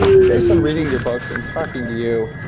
based on reading your books and talking to you,